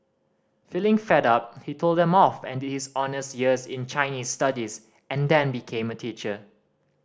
feeling fed up he told them off and did his honours year in Chinese Studies and then became a teacher